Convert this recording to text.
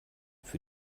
für